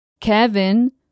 Kevin